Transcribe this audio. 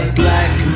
black